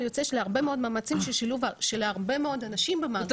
יוצא של הרבה מאוד מאמצים של שילוב של הרבה מאוד אנשים במאגר.